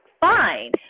fine